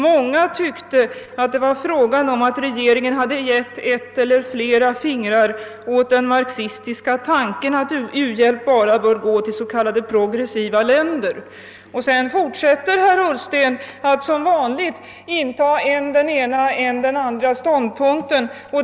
Många tyckte att det var fråga om att regeringen hade gett ett eller flera finger åt den marxistiska tanken, att u-hjälp bara bör gå till s.k. progressiva länder...» Sedan fortsätter herr Ullsten att som vanligt inta än den ena än den andra ståndpunkten.